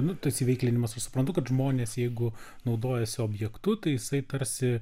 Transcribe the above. nu tas įveiklinimas aš suprantu kad žmonės jeigu naudojasi objektu tai jisai tarsi